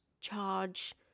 charge